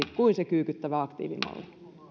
kuin se kyykyttävä aktiivimalli